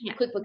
quickbooks